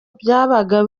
byabaga